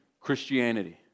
Christianity